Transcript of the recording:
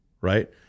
right